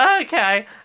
Okay